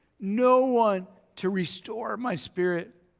no one to restore my spirit.